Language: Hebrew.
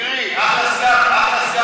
מירי, אחלה סגן.